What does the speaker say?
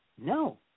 No